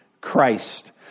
Christ